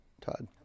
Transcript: Todd